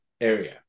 area